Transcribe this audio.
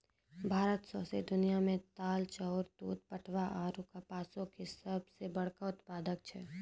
भारत सौंसे दुनिया मे दाल, चाउर, दूध, पटवा आरु कपासो के सभ से बड़का उत्पादक छै